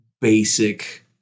basic